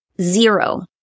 Zero